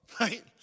right